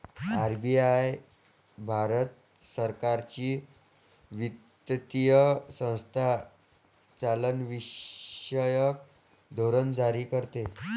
RBI Bharat सरकारची वित्तीय संस्था चलनविषयक धोरण जारी करते